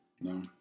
No